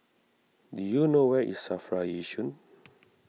do you know where is Safra Yishun